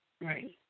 Right